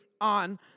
on